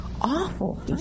awful